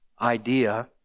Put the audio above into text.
idea